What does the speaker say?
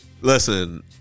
Listen